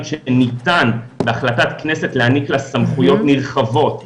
שניתן בהחלטת כנסת להעניק לה סמכויות נרחבות,